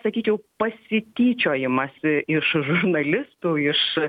sakyčiau pasityčiojimas iš žurnalistų iš